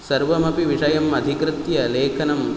सर्वमपि विषयमधिकृत्य लेखनं